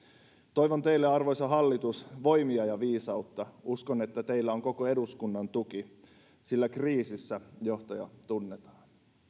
toivon teille arvoisa hallitus voimia ja viisautta uskon että teillä on koko eduskunnan tuki sillä kriisissä johtajat tunnetaan